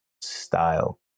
style